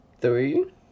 Three